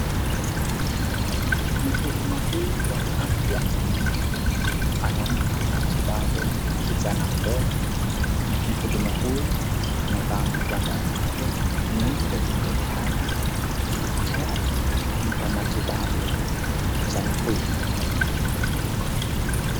Mhudumu huyu wa afya anampa matibabu kijana mdogo, mhudumu huyu amevaa magwanda yake nyeupe ya kazi, tayari kumpa matibabu kijana huyo.